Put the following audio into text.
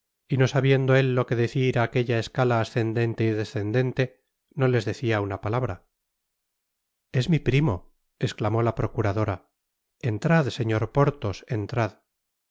y no sabiendo él lo que decir á aquella escala ascendente y descendente no les decia una palabra es mi primo esclamó la procuradora entrad señor porthos entrad